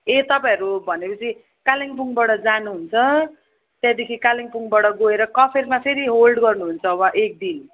ए तपाईँहरू भने पछि कालेबुङबाट जानु हुन्छ त्यहाँदेखि कालेबुङबाट गएर कफेरमा फेरि होल्ड गर्नु हुन्छ वहाँ एक दिन